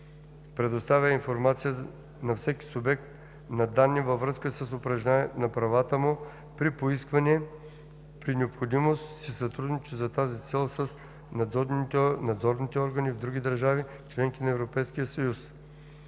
предоставя информация на всеки субект на данни във връзка с упражняването на правата му при поискване и, при необходимост, си сътрудничи за тази цел с надзорните органи в други държави – членки на Европейския съюз;